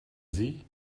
sie